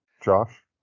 Josh